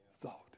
thought